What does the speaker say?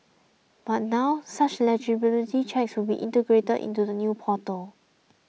but now such eligibility checks would be integrated into the new portal